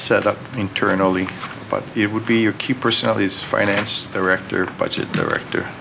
set up internally but it would be a key personalities finance director budget director